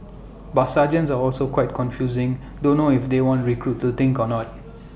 but sergeants are also quite confusing don't know if they want recruits to think or not